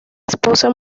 esposa